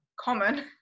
common